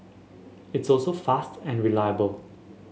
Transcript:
it's also fast and reliable